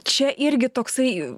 čia irgi toksai